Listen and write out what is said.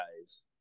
guys